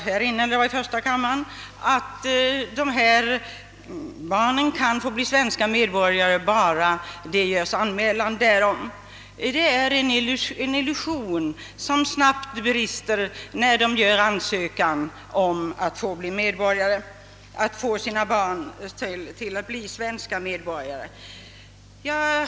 Här eller i första kammaren yttrade någon att barnen kan få bli svenska medborgare bara det görs anmälan därom, men detta är en illusion som snabbt brister när det lämnas in ansökan om medborgarskap.